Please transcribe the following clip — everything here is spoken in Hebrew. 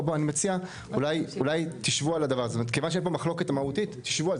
בגלל שאין פה מחלוקת מהותית אז אולי תשבו על הדבר הזה